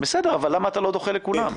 בסדר, אבל למה אתה לא דוחה לכולם?